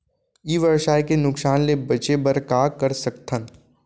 ई व्यवसाय के नुक़सान ले बचे बर का कर सकथन?